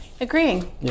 Agreeing